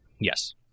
Yes